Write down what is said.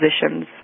positions